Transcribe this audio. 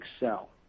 excel